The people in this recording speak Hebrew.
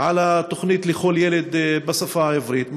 על התוכנית לכל ילד בשפה העברית.